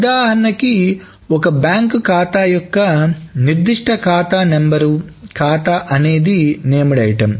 ఉదాహరణకి ఒక బ్యాంకు ఖాతా యొక్క నిర్దిష్ట ఖాతా నెంబరుఖాతా అనేది నేమ్డ్ ఐటమ్